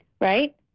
right